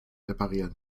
reparieren